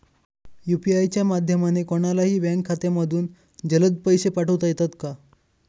UPI च्या माध्यमाने कोणलाही बँक खात्यामधून जलद पैसे पाठवता येतात का?